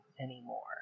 anymore